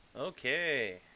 Okay